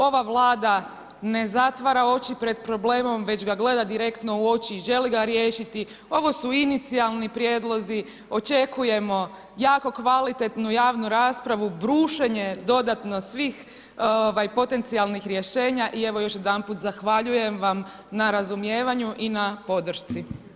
Ova Vlada ne zatvara oči pred problemom već ga gleda direktno u oči i želi ga riješiti, ovo su inicijalni prijedlozi, očekujemo jako kvalitetnu javnu raspravu, brušenje dodatno svih potencijalnih rješenja i evo još jedanput zahvaljujem vam na razumijevanju i na podršci.